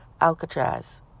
Alcatraz